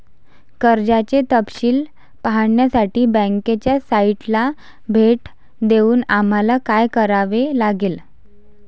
कर्जाचे तपशील पाहण्यासाठी बँकेच्या साइटला भेट देऊन आम्हाला काय करावे लागेल?